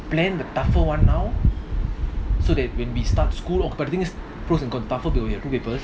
plan the tougher one now so that we start school okay but the thing is